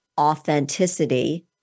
authenticity